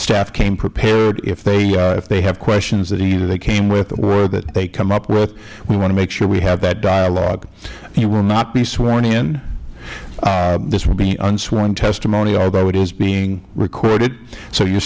staff came prepared if they have questions that either they came with or that they come up with we want to make sure we have that dialogue you will not be sworn in this will be unsworn testimony although it is being recorded so you